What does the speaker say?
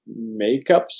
makeups